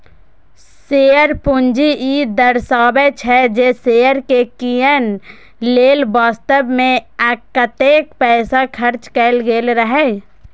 share पूंजी ई दर्शाबै छै, जे शेयर कें कीनय लेल वास्तव मे कतेक पैसा खर्च कैल गेल रहै